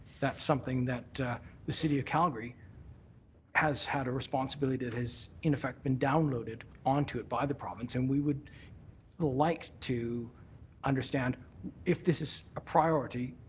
that's something that the city of calgary has had a responsibility that has, in effect, been downloaded on to it by the province, and we would like to understand if this is a priority,